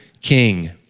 king